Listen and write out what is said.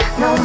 no